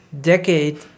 decade